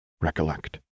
Recollect